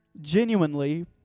genuinely